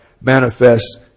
manifests